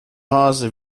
hase